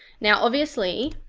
now obviously,